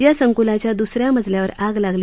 या संक्लाच्या द्स या मजल्यावर आग लागली